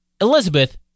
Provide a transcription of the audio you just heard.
Elizabeth